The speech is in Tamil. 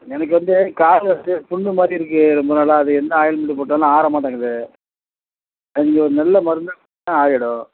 எனக்கு வந்து கால் வந்து புண் மாதிரி இருக்கு ரொம்ப நாளாக அது எந்த ஆயில்மெண்டு போட்டாலும் ஆற மாட்டேங்குது நீங்கள் ஒரு நல்ல மருந்தாக கொடுத்தா ஆறிவிடும்